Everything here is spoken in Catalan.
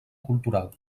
cultural